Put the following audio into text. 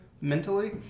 mentally